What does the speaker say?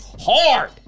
hard